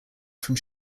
from